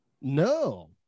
No